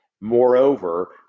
Moreover